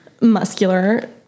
muscular